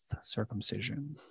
circumcision